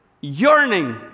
yearning